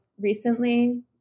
recently